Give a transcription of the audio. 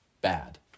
bad